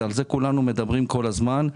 ועל זה כולנו מדברים כל הזמן,